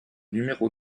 numéro